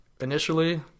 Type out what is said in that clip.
initially